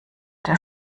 der